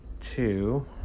Two